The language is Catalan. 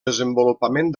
desenvolupament